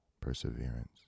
perseverance